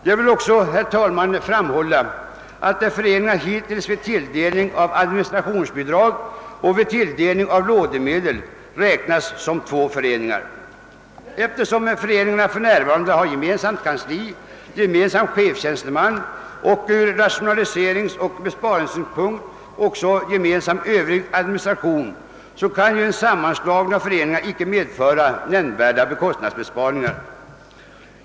Jag vill också framhålla, herr talman, att föreningarna hittills vid tilldelning av administrationsbidrag och lånemedel har räknats som två föreningar. Eftersom föreningarna för närvarande har gemensamt kansli, gemensam <cehefstjänsteman och av rationaliseringsoch besparingsskäl också gemensam administration i Övrigt, kan en sammanslagning av föreningarna icke medföra nämnvärda kostnadsbesparingar.